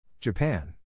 Japan